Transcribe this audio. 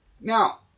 now